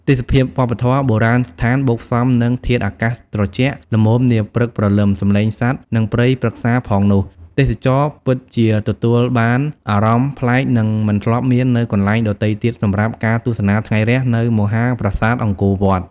ទេសភាពវប្បធម៌ បុរាណស្ថាន បូកផ្សំនឹងធាតុអាកាសត្រជាក់ល្មមនាព្រឹកព្រលឹម សំឡេងសត្វ និងព្រៃព្រឹក្សាផងនោះ ទេសចរពិតជាទទួលបានអារម្មណ៍ប្លែក និងមិនធ្លាប់មាននៅកន្លែងដទៃទៀតសម្រាប់ការទស្សនាថ្ងៃរះនៅមហាប្រាសាទអង្គរវត្ត។